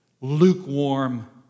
lukewarm